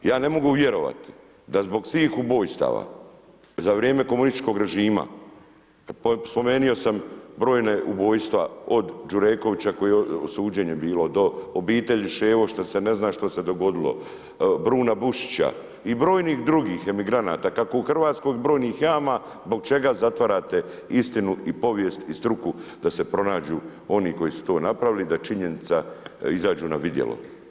Ja ne mogu vjerovat da zbog svih ubojstava za vrijeme komunističkog režima spomenuo sam brojna ubojstva od Đurekovića kojem je suđenje bilo do obitelji Ševo što se ne zna što se dogodilo, Brune Bušića i brojnih drugih emigranata kako u Hrvatskoj brojnih jama zbog čega zatvarate istinu i povijest i struku da se pronađu oni koji su to napravili i da činjenice izađu na vidjelo.